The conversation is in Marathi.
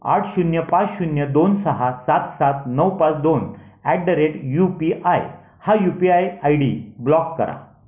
आठ शून्य पाच शून्य दोन सहा सात सात नऊ पाच दोन at the rate U P I हा U P I I D block करा